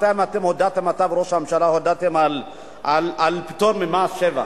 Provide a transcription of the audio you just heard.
מתי אתה וראש הממשלה הודעתם על פטור ממס שבח,